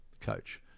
coach